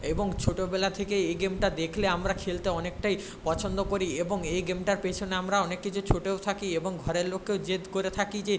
এবং ছোটবেলা থেকে এই গেমটা দেখলে আমরা খেলতে অনেকটাই পছন্দ করি এবং এই গেমটার পিছনে আমরা অনেক কিছু ছুটেও থাকি এবং ঘরের লোককেও জেদ করে থাকি যে